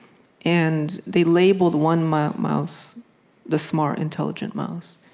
and they labeled one mouse mouse the smart, intelligent mouse.